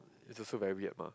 is also very weird mah